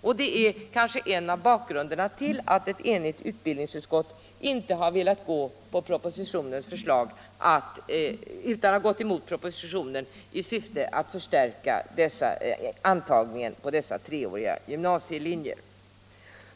och det är kanske en del av bakgrunden till att ett enigt utbildningsutskott har gått emot propositionen i syfte att främja en ökad antagning på dessa treåriga gymnasielinjer.